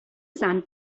sand